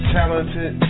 talented